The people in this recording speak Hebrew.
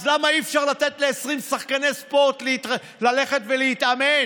אז למה אי-אפשר לתת ל-20 שחקני ספורט ללכת ולהתאמן?